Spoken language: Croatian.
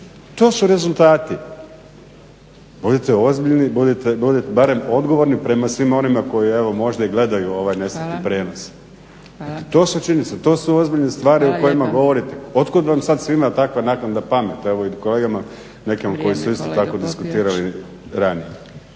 To su rezultati. Budite ozbiljni i budite barem odgovorni prema svima onima koji evo možda i gledaju ovaj nesretni prijenos. To su činjenice, to su ozbiljne stvari o kojima govorite. Otkud vas sad svima takva naknadna pamet, evo i kolegama nekim koji su isto tako diskutirali ranije.